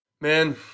man